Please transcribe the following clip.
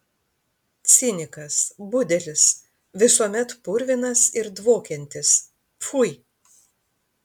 cinikas budelis visuomet purvinas ir dvokiantis pfui